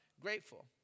grateful